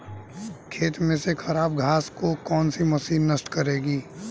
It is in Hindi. खेत में से खराब घास को कौन सी मशीन नष्ट करेगी?